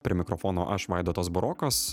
prie mikrofono aš vaidotas burokas